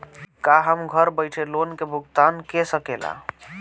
का हम घर बईठे लोन के भुगतान के शकेला?